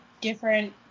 different